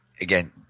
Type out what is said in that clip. again